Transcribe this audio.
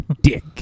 dick